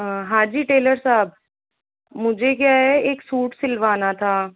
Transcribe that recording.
हाँ जी टेलर साहब मुझे क्या है एक सूट सिलवाना था